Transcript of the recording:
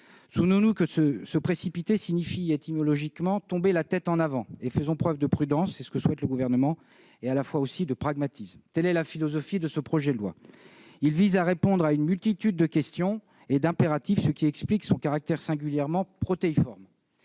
Souvenons-nous que se précipiter signifie étymologiquement tomber la tête en avant. Faisons preuve de prudence, c'est ce que souhaite le Gouvernement, et de pragmatisme. Telle est la philosophie de ce projet de loi. Il vise à répondre à une multitude de questions et d'impératifs, ce qui explique son caractère singulièrement protéiforme.